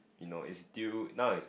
you know it's due now is